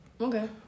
Okay